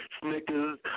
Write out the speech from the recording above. snickers